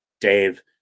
Dave